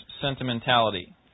sentimentality